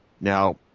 Now